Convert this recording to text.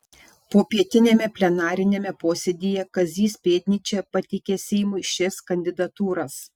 popietiniame plenariniame posėdyje kazys pėdnyčia pateikė seimui šias kandidatūras